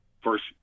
first